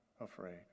afraid